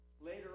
Later